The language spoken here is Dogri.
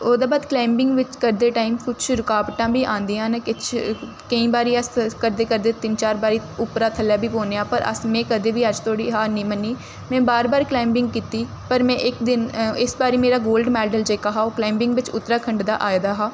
ओह्दे बाद क्लाइंबिंग बिच्च करदे टाइम कुछ रुकावटां बी औंदियां न किश केईं बारी अस करदे करदे तिन्न चार बारी उप्परा थल्लै बी पौन्ने आं पर अस में कदें बी अज्ज धोड़ी हार निं मन्नी में बार बार क्लाइंबिंग कीती पर में इक दिन इस बारी मेरा गोल्ड मैडल जेह्का हा ओह् क्लाइंबिंग बिच्च उत्तराखण्ड दा आए दा हा